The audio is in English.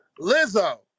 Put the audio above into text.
Lizzo